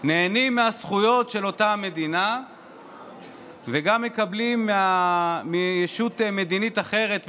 נהנים מהזכויות של אותה מדינה וגם מקבלים מישות מדינית אחרת,